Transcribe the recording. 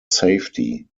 safety